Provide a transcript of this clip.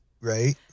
right